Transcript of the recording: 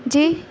جی